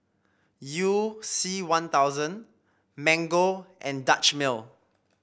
You C One Thousand Mango and Dutch Mill